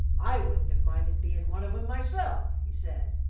i wouldn't have minded bein' one of em myself! he said,